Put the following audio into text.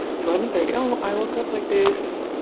it's eleven thirty. oh, i woke up like this.